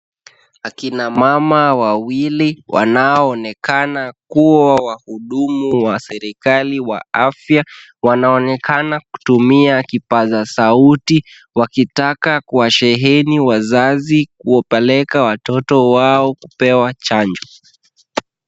Akina mama wawili wanao onekana kuwa wahudumu wa serikali wa afya, wanaonekana kutumia kipaza sauti, wakitaka kuwasheheni wazazi kupeleka watoto wao kupewa chanjo.